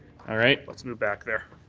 all right. let's move back there.